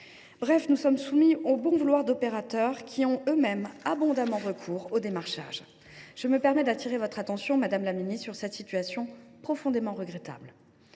bref, nous sommes soumis au bon vouloir d’opérateurs, qui ont eux mêmes abondamment recours au démarchage. Je me permets d’attirer votre attention, madame la secrétaire d’État, sur cette situation profondément regrettable.